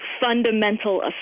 fundamental